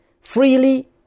Freely